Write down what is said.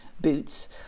boots